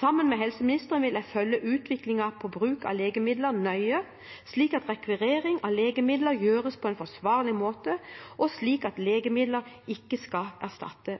Sammen med helseministeren vil jeg følge utviklingen i bruk av legemidler nøye, slik at rekvirering av legemidler gjøres på en forsvarlig måte, og slik at legemidler ikke skal erstatte